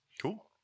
Cool